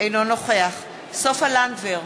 אינו נוכח סופה לנדבר,